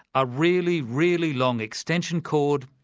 a really, really long extension cord,